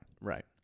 Right